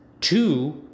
Two